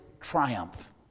triumph